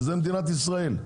שזה מדינת ישראל,